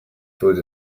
food